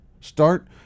Start